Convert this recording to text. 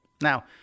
Now